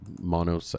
mono